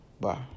Bye